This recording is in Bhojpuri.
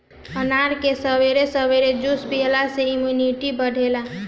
अनार के सबेरे सबेरे जूस पियला से इमुनिटी बढ़ेला